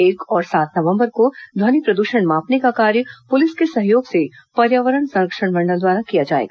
एक और सात नवंबर को ध्वनि प्रद्रषण मापने का कार्य पुलिस के सहयोग से पर्यावरण संरक्षण मंडल द्वारा किया जाएगा